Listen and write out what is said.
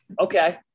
Okay